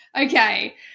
okay